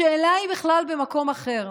השאלה היא בכלל במקום אחר,